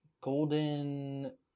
golden